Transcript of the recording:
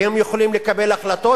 והם יכולים לקבל החלטות,